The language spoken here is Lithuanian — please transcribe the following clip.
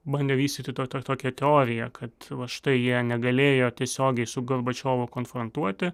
bandė vystyti tą tokią teoriją kad va štai jie negalėjo tiesiogiai su gorbačiovu konfrontuoti